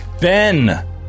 Ben